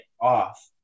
off